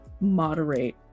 moderate